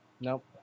Nope